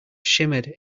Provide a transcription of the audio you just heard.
shimmered